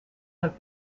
have